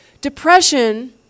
Depression